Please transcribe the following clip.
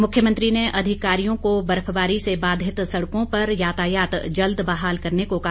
मुख्यमंत्री ने अधिकारियों को बर्फबारी से बाधित सड़कों पर यातायात जल्द बहाल करने को कहा